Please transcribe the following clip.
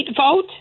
vote